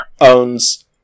owns